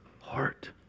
heart